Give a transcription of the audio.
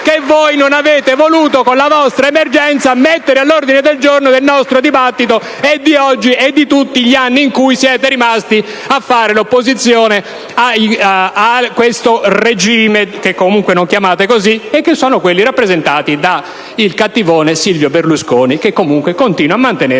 che voi non avete voluto, con la vostra emergenza, mettere all'ordine del giorno del nostro dibattito, e di oggi, e di tutti gli anni in cui siete rimasti a fare l'opposizione a questo regime - che comunque non chiamate così - e che sono quelli rappresentati dal cattivone Silvio Berlusconi, che comunque continua a mantenere